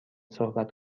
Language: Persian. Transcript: صحبت